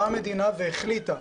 באה המדינה והחליטה,